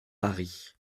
paris